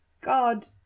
god